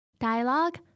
Dialogue